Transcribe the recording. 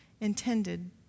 intended